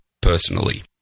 personally